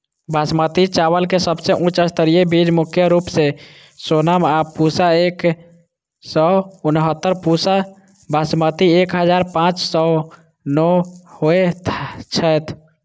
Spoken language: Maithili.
बासमती चावल केँ सबसँ उच्च स्तरीय बीज मुख्य रूप सँ सोनम आ पूसा एक सै उनहत्तर, पूसा बासमती एक हजार पांच सै नो होए छैथ?